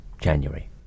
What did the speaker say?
January